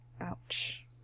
Ouch